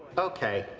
okay.